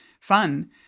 fun